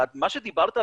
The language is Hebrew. מה שדיברת,